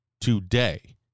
today